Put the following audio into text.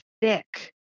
thick